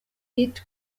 pitt